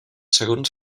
segons